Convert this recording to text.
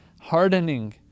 hardening